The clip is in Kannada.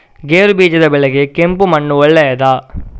ಗೇರುಬೀಜದ ಬೆಳೆಗೆ ಕೆಂಪು ಮಣ್ಣು ಒಳ್ಳೆಯದಾ?